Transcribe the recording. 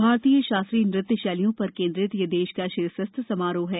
भारतीय शास्त्रीय नृत्य शैलियों प्र केन्द्रित यह देश का शीर्षस्थ समारोह है